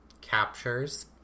captures